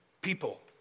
people